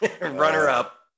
runner-up